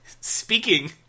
speaking